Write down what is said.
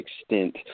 extent